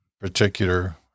particular